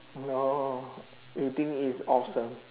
no you think it's awesome